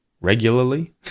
regularly